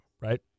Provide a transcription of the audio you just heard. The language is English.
right